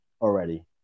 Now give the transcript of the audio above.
already